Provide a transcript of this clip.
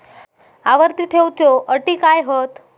आवर्ती ठेव च्यो अटी काय हत?